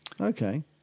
Okay